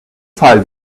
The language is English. file